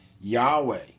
Yahweh